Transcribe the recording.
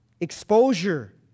exposure